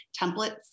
templates